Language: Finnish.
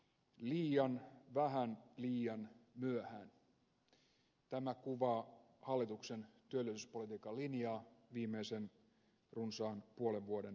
liian vähän liian myöhään tämä kuvaa hallituksen työllisyyspolitiikan linjaa viimeisen runsaan puolen vuoden aikana